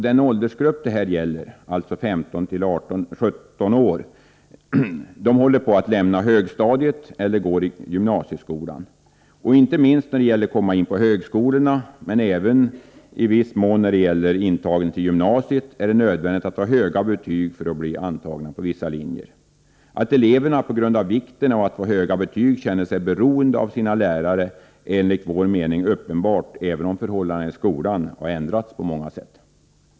Den åldersgrupp det här gäller, alltså 15 till 17 år, håller på att lämna högstadiet eller går i gymnasieskolan. Inte minst när det gäller att komma in på högskolorna, men även i viss mån när det gäller intagning till gymnasiet, är det nödvändigt att ha höga betyg för att bli antagen på vissa linjer. Att eleverna på grund av vikten av att få höga betyg känner sig beroende av sina lärare är enligt vår mening uppenbart, även om förhållandena i skolan ändrats på många sätt.